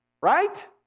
Right